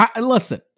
Listen